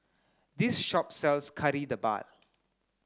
this shop sells Kari Debal